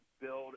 build